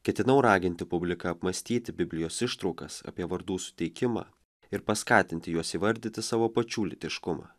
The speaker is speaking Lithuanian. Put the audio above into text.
ketinau raginti publiką apmąstyti biblijos ištraukas apie vardų suteikimą ir paskatinti juos įvardyti savo pačių lytiškumą